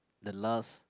the last